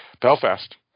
Belfast